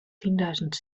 tienduizend